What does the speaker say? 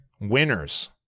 winners